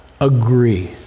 agree